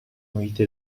محیط